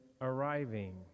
arriving